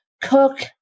cook